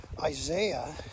Isaiah